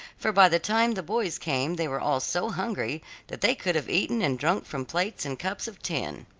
for by the time the boys came they were all so hungry that they could have eaten and drunk from plates and cups of tin.